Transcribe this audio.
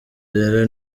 rero